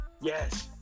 Yes